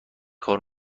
کار